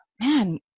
man